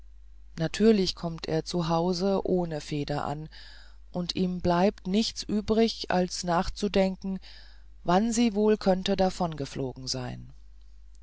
natürlich kommt er zu hause ohne feder an und ihm bleibt nichts übrig als nachzudenken wann sie wohl könnte davongeflogen sein